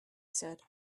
said